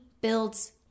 builds